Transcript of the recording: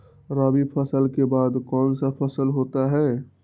रवि फसल के बाद कौन सा फसल होता है?